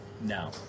No